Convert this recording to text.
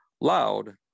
loud